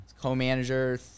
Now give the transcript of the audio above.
co-manager